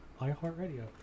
iHeartRadio